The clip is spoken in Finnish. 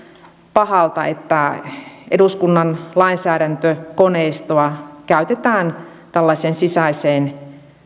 pahalta että eduskunnan lainsäädäntökoneistoa käytetään tällaiseen sisäiseen